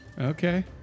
Okay